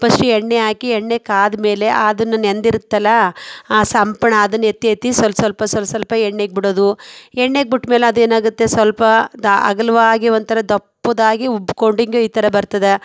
first ಎಣ್ಣೆ ಹಾಕಿ ಎಣ್ಣೆ ಕಾದ ಮೇಲೆ ಅದನ್ನು ನೆಂದಿರುತ್ತಲ್ಲ ಆ ಸಂಪ್ಳ ಅದನ್ನು ಎತ್ತಿ ಎತ್ತಿ ಸ್ವಲ್ಪ ಸ್ವಲ್ಪ ಸ್ವಲ್ಪ ಸ್ವಲ್ಪ ಎಣ್ಣೆಗೆ ಬಿಡೋದು ಎಣ್ಣೆಗೆ ಬಿಟ್ಮೇಲೆ ಅದು ಏನಾಗುತ್ತೆ ಸ್ವಲ್ಪ ಅಗಲವಾಗಿ ಒಂಥರ ದಪ್ಪದಾಗಿ ಉಬ್ಬಿಕೊಂಡು ಹೀಗೆ ಈ ಥರ ಬರ್ತದೆ